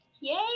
yay